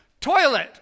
Toilet